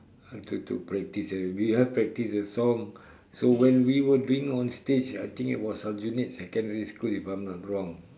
I had to to practice eh we had practice the song so when we were doing on stage I think it was aljunied secondary school if I am not wrong